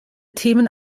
themen